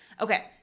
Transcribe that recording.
Okay